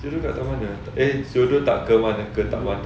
jodoh tak ke mana eh jodoh tak ke mana ke tak mana